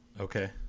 Okay